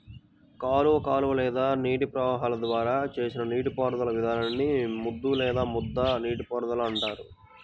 కాలువ కాలువ లేదా నీటి ప్రవాహాల ద్వారా చేసిన నీటిపారుదల విధానాన్ని ముద్దు లేదా ముద్ద నీటిపారుదల అంటారు